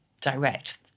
direct